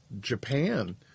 Japan